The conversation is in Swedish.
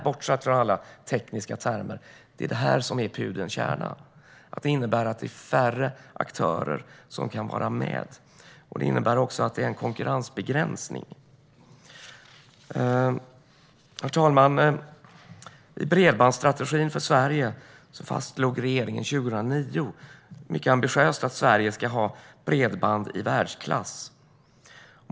Bortsett från alla tekniska termer är det som är pudelns kärna att det innebär att det är färre aktörer som kan vara med. Det innebär också en konkurrensbegränsning. Herr talman! I bredbandsstrategin för Sverige fastslog regeringen 2009 mycket ambitiöst att Sverige ska ha bredband i världsklass.